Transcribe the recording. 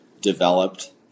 developed